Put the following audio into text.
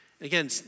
again